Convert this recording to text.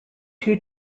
two